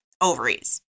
ovaries